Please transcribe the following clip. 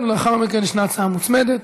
לאחר מכן יש הצעה מוצמדת.